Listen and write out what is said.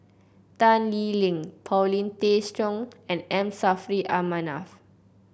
Tan Lee Leng Paulin Tay Straughan and M Saffri A Manaf